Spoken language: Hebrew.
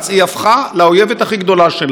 היא הפכה לאויבת הכי גדולה שלה,